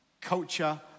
culture